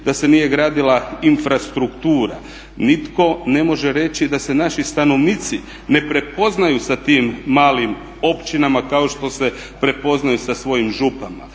da se nije gradila infrastruktura, nitko ne može reći da se naši stanovnici ne prepoznaju sa tim malim općinama kao što se prepoznaju sa svojim župama,